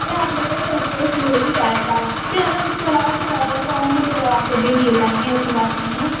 अरे आप लोग का तो एडजेस्ट हो ही जाएगा फिर अगर उसके अलावा कुछ सौ दो सौ होंगे तो वे आपको दिए जाएँगे ऐसी बात नहीं है